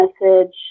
message